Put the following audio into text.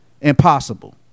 impossible